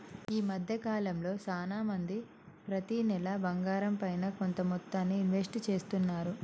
ఈ మద్దె కాలంలో చానా మంది ప్రతి నెలా బంగారంపైన కొంత మొత్తాన్ని ఇన్వెస్ట్ చేస్తున్నారు